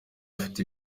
afite